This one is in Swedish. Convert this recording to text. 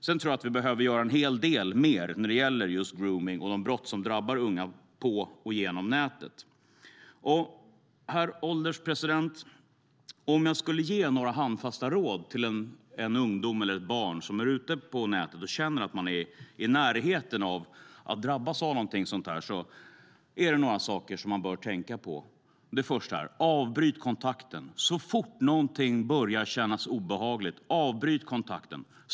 Sedan tror jag att vi behöver göra en hel del mer när det gäller just gromning och de brott som drabbar unga på och genom nätet. Herr ålderspresident! Om jag skulle ge några handfasta råd till en ungdom eller ett barn som är ute på nätet och känner att han eller hon är i närheten av att drabbas av någonting sådant är det några saker som man bör tänka på. Det första är att avbryta kontakten så fort någonting börjar kännas obehagligt.